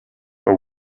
but